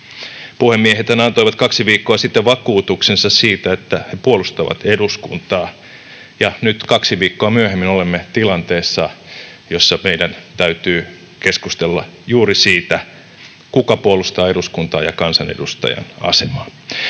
Puhemiehethän antoivat kaksi viikkoa sitten vakuutuksensa siitä, että he puolustavat eduskuntaa, ja nyt kaksi viikkoa myöhemmin olemme tilanteessa, jossa meidän täytyy keskustella juuri siitä, kuka puolustaa eduskuntaa ja kansanedustajan asemaa.